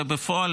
ובפועל,